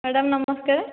madam ନମସ୍କାର